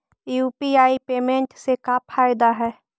UPI payment से का फायदा है?